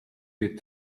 weer